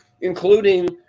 including